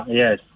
yes